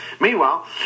Meanwhile